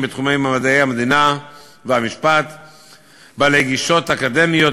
ברצוני לשלוח את תנחומי למשפחות הנרצחים אלון בקל ושמעון רוימי,